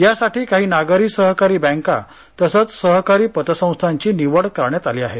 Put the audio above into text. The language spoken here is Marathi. यासाठी काही नागरी सहकारी बॅंका तसेच सहकारी पतसंस्थांची निवड करण्यात आली आहे